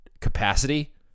capacity